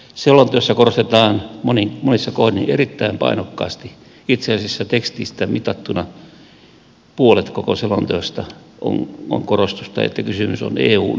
selonteossa korostetaan monissa kohdin erittäin painokkaasti itse asiassa tekstistä mitattuna puolet koko selonteosta on tuota korostusta että kysymys on eun yhteisestä turvallisuus ja puolustuspolitiikasta